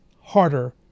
harder